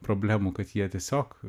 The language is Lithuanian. problemų kad jie tiesiog